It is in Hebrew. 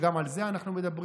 וגם על זה אנחנו מדברים.